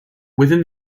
within